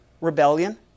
rebellion